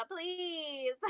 Please